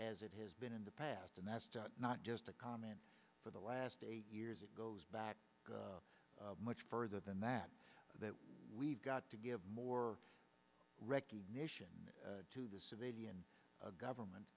as it has been in the past and that's not just a comment for the last eight years it goes back much further than that that we've got to give more recognition to the civilian government